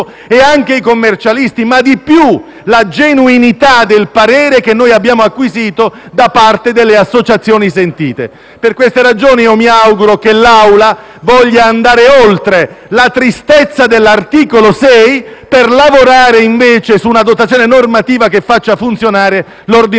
che si occupano di questo. C'è inoltre la genuinità del parere che noi abbiamo acquisito da parte delle associazioni sentite. Per queste ragioni mi auguro che l'Assemblea voglia andare oltre la tristezza dell'articolo 6, per lavorare invece su una dotazione normativa che faccia funzionare l'ordinamento